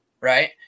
right